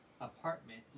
apartment